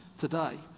today